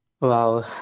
Wow